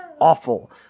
awful